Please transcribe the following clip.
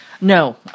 No